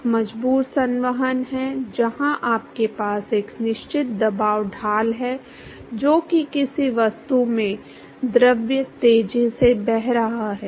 एक मजबूर संवहन है जहां आपके पास एक निश्चित दबाव ढाल है जो कि किसी वस्तु में द्रव तेजी से बह रहा है